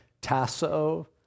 tasso